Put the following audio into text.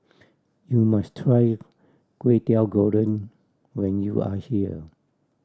you must try Kway Teow Goreng when you are here